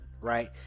right